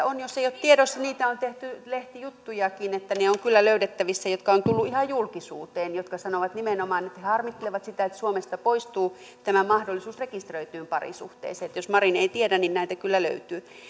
on jos ei ole tiedossa niin on tehty lehtijuttujakin he ovat kyllä löydettävissä ne jotka ovat tulleet ihan julkisuuteen jotka sanovat nimenomaan että he harmittelevat sitä että suomesta poistuu tämä mahdollisuus rekisteröityyn parisuhteeseen jos marin ei tiedä niin heitä kyllä löytyy